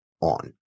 on